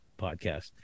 podcast